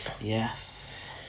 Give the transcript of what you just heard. Yes